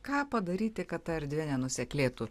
ką padaryti kad ta erdvė nenuseklėtų